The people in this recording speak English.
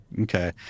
Okay